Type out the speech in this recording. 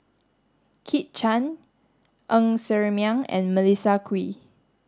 Kit Chan Ng Ser Miang and Melissa Kwee